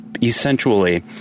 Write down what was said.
essentially